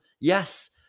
yes